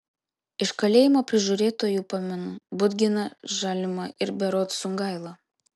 iš kalėjimo prižiūrėtojų pamenu budginą žalimą ir berods sungailą